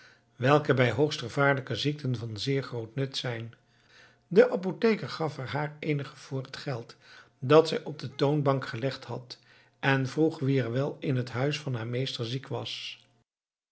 welke bij hoogst gevaarlijke ziekten van zeer groot nut zijn de apotheker gaf er haar eenige voor het geld dat zij op de toonbank gelegd had en vroeg wie er wel in het huis van haar meester ziek was